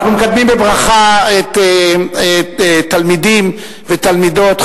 אנחנו מקדמים בברכה תלמידים ותלמידות,